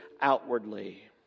outwardly